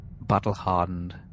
battle-hardened